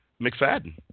McFadden